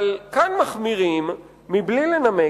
אבל כאן מחמירים מבלי לנמק.